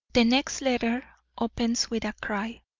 the next letter opens with a cry